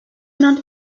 amount